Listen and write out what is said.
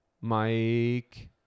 Mike